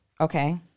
Okay